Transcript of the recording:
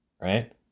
right